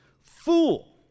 Fool